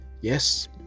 Yes